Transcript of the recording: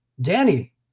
Danny